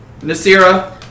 Nasira